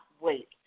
wait